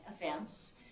events